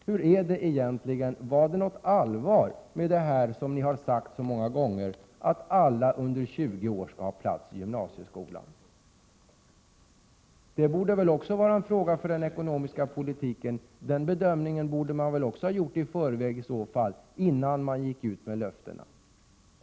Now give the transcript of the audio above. Hur är det egentligen? Menade ni allvar med alla era uttalanden om att samtliga ungdomar under 20 års ålder skall få en plats i gymnasieskolan? Det borde väl vara en fråga också för den ekonomiska politiken, så den bedömningen borde väl ha gjorts innan regeringen gick ut med vallöftena.